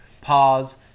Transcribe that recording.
pause